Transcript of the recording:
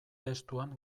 testuan